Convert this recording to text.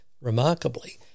remarkably